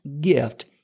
gift